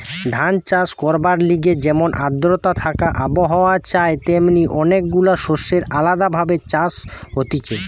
ধান চাষ করবার লিগে যেমন আদ্রতা থাকা আবহাওয়া চাই তেমনি অনেক গুলা শস্যের আলদা ভাবে চাষ হতিছে